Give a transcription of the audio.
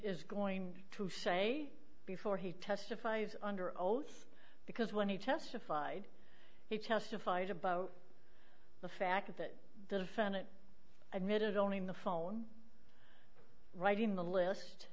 is going to say before he testifies under oath because when he testified he testified about the fact that the defendant admitted owning the phone writing the list